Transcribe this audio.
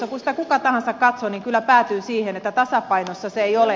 kun sitä kuka tahansa katsoo niin kyllä päätyy siihen että tasapainossa se ei ole